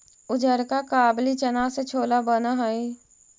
उजरका काबली चना से छोला बन हई